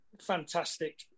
fantastic